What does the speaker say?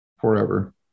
forever